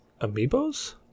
Amiibos